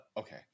Okay